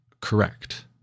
correct